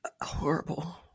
horrible